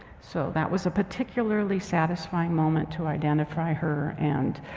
so, that was a particularly satisfying moment to identify her and